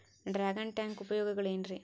Dragon tank ಉಪಯೋಗಗಳೆನ್ರಿ?